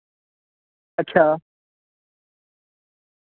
اچھا